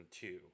two